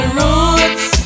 roots